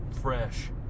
Fresh